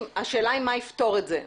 השאלה היא מה יפתור את זה.